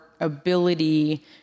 ability